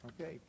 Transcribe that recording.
Okay